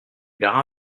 verra